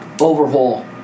Overhaul